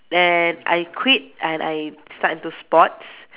then I quit and I start into sports